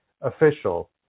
official